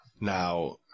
Now